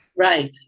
Right